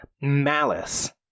malice